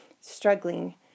struggling